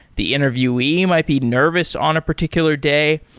the interviewee might be nervous on a particular day.